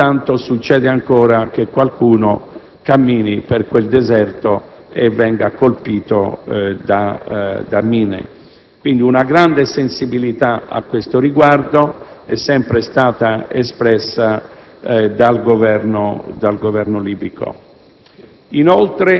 Purtroppo, ogni tanto succede ancora che qualcuno cammini per quel deserto e venga colpito da mine. Una grande sensibilità a tale riguardo è sempre stata espressa dal Governo libico.